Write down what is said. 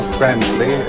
friendly